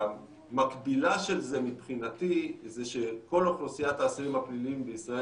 המקבילה של זה מבחינתי זה שכל אוכלוסיית האסירים הפליליים בישראל